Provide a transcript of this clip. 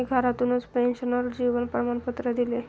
मी घरातूनच पेन्शनर जीवन प्रमाणपत्र दिले